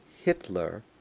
Hitler